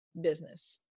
business